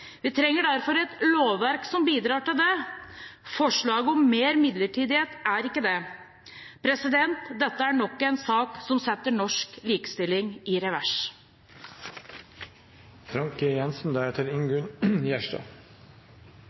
Vi trenger derfor et lovverk som bidrar til det. Forslaget om mer midlertidighet er ikke det. Dette er nok en sak som setter norsk likestilling i revers.